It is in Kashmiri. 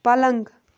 پلنٛگ